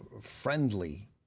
friendly